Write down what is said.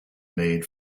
made